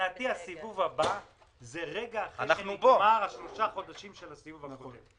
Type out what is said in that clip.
מבחינתי הסבב הבא זה רגע אחרי שנגמרו השלושה חודשים של הסבב הקודם.